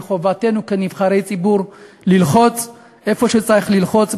מחובתנו כנבחרי ציבור ללחוץ איפה שצריך ללחוץ